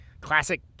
classic